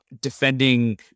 defending